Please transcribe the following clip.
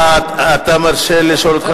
אתה מרשה לשאול אותך שאלה?